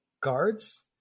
guards